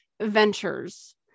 ventures